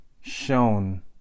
shown